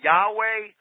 Yahweh